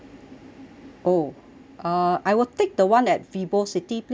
oh uh I will take the one at vivocity please